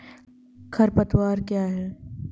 खरपतवार क्या है?